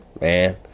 Man